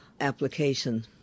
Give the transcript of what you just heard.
application